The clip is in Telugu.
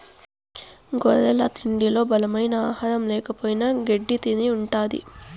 గొర్రెల తిండిలో బలమైన ఆహారం ల్యాకపోయిన గెడ్డి తిని ఉంటది